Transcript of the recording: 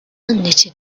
knitted